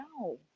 no